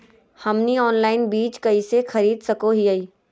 हमनी ऑनलाइन बीज कइसे खरीद सको हीयइ?